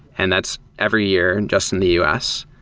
and that's every year and just in the u s.